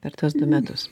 per tuos du metus